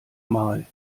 mal